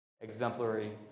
exemplary